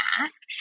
ask